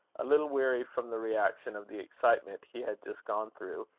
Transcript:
a little weary from the reaction of the excitement he had just gone through,